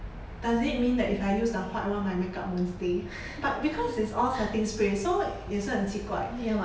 does it mean that if I use the white one my makeup won't stay but because it's all setting spray so 也是很奇怪